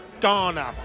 Ghana